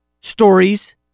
stories